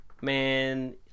man